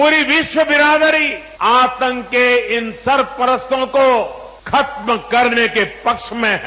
पूरी विश्व बिरादरी आतंक के इन सरपरस्तों को खत्म करने के पक्ष में हैं